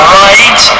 right